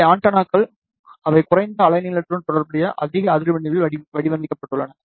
இவை ஆண்டெனாக்கள் அவை குறைந்த அலைநீளத்துடன் தொடர்புடைய அதிக அதிர்வெண்ணில் வடிவமைக்கப்பட்டுள்ளன